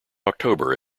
october